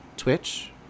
twitch